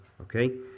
okay